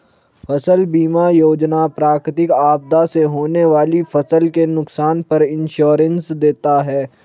फसल बीमा योजना प्राकृतिक आपदा से होने वाली फसल के नुकसान पर इंश्योरेंस देता है